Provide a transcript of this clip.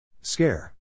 Scare